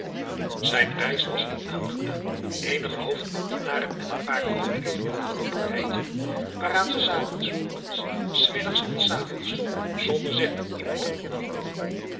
zijn reis was niet aangenaam eenige hoofdambtenaren en een paar kooplieden hadden hun partijtje waaraan ze zaten s morgens s middags en s avonds zonder zich met iemand te bemoeien